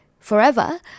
forever